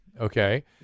Okay